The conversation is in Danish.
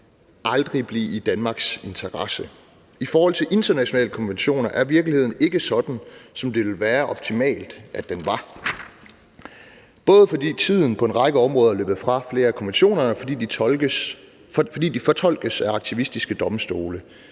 aldrig blive i Danmarks interesse. I forhold til internationale konventioner er virkeligheden ikke sådan, som det ville være optimalt at den var, både fordi tiden på en række områder er løbet fra flere af konventionerne, og fordi de fortolkes af aktivistiske domstole.